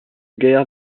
gaillard